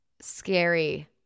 scary